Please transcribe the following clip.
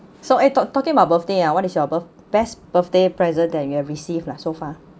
so e~ talk talking about birthday ah what is your birth~ best birthday present that you have received lah so far